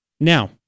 Now